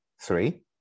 Three